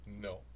No